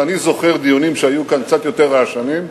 ואני זוכר דיונים שהיו כאן, קצת יותר רעשניים,